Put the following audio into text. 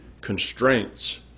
constraints